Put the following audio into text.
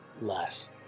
less